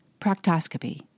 proctoscopy